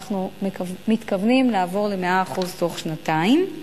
ואנחנו מתכוונים לעבור ל-100% תוך שנתיים.